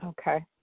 Okay